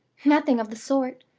nothing of the sort!